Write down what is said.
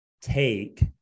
take